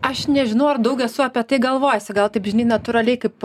aš nežinau ar daug esu apie tai galvojusi gal taip natūraliai kaip